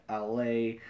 LA